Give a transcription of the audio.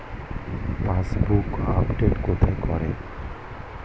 পাসবই update কোথায় করে?